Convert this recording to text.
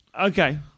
Okay